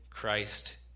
Christ